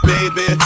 Baby